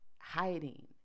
hiding